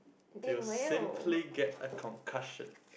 they will simply get a concussion